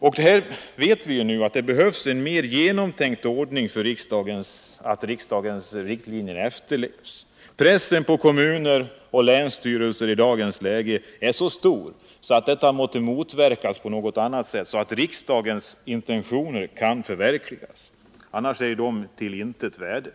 Vi vet att det behövs en mer genomgripande ordning för att riksdagens riktlinjer skall efterlevas. Pressen på kommuner och länsstyrelser i dagens läge är så stor att den måste motverkas så att riksdagens intentioner kan förverkligas. Annars är de av intet värde.